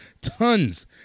Tons